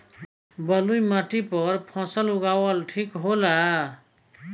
बलुई माटी पर फसल उगावल ठीक होला?